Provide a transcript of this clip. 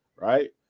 Right